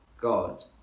God